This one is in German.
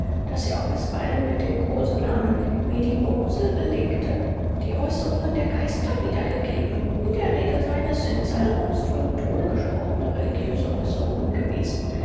das sie auch bisweilen mit dem kosenamen medibumsel belegte die äußerungen der geister wiedergegeben in der regel seien es in salbungsvollem tone gesprochene religiöse äußerungen gewesen